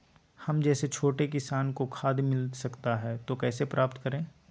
हम जैसे छोटे किसान को खाद मिलता सकता है तो कैसे प्राप्त करें?